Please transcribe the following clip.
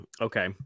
Okay